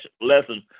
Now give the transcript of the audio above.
lesson